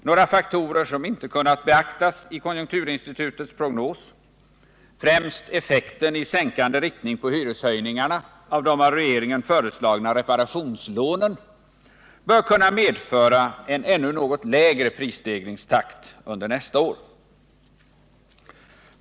Några faktorer som inte kunnat beaktas i konjunkturinstitutets prognos, främst effekten i sänkande riktning på hyreshöjningarna av de av regeringen föreslagna reparationslånen, bör kunna medföra en ännu något lägre prisstegringstakt under nästa år.